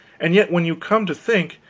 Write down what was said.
and yet when you come to think,